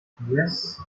yes